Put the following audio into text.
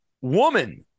Woman